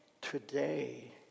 today